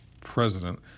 president